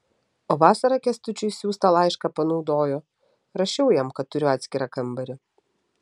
o vasarą kęstučiui siųstą laišką panaudojo rašiau jam kad turiu atskirą kambarį